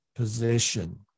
position